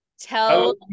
Tell